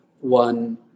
one